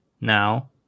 now